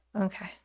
Okay